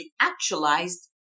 actualized